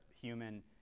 human